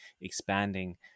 expanding